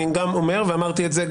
גם אני אומר וגם אמרתי את זה,